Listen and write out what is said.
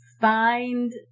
find